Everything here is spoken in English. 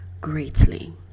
greatly